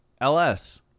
ls